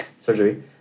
surgery